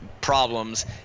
problems